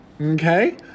okay